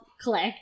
Click